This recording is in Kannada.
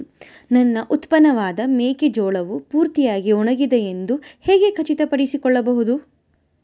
ನನ್ನ ಉತ್ಪನ್ನವಾದ ಮೆಕ್ಕೆಜೋಳವು ಪೂರ್ತಿಯಾಗಿ ಒಣಗಿದೆ ಎಂದು ಹೇಗೆ ಖಚಿತಪಡಿಸಿಕೊಳ್ಳಬಹುದು?